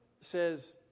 says